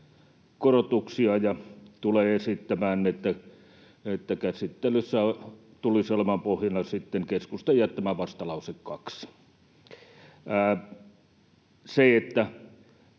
korotuksia ja tulee esittämään, että käsittelyssä tulisi olemaan pohjana sitten keskustan jättämä vastalause 2. Se, että